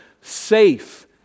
safe